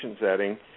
setting